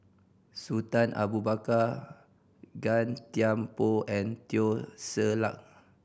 Sultan Abu Bakar Gan Thiam Poh and Teo Ser Luck